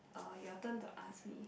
uh your turn to ask me